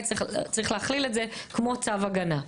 אלא צריך להכליל את זה כמו צו הגנה.